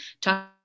talk